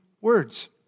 words